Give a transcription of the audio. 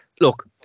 look